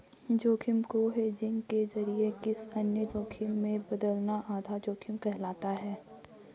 जोखिम को हेजिंग के जरिए किसी अन्य जोखिम में बदलना आधा जोखिम कहलाता है